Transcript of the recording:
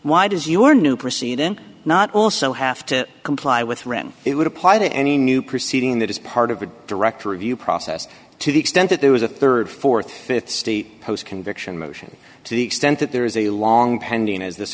why does your new proceed in not also have to comply with wren it would apply to any new proceeding that is part of a direct review process to the extent that there was a rd th th state post conviction motion to the extent that there is a long pending as this